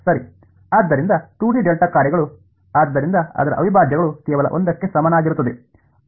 ಆದ್ದರಿಂದ 2 D delta ಕಾರ್ಯಗಳು ಆದ್ದರಿಂದ ಅದರ ಅವಿಭಾಜ್ಯವು ಕೇವಲ 1 ಕ್ಕೆ ಸಮನಾಗಿರುತ್ತದೆ